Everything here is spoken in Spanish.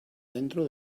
dentro